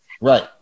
right